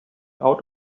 out